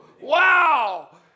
Wow